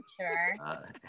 sure